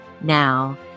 Now